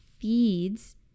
feeds